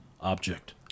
object